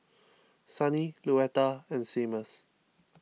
Sunny Luetta and Seamus